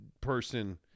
Person